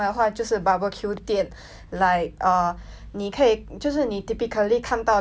like uh 你可以就是你 typically 看到的 korean 的店 lah but 他们的